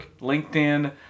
LinkedIn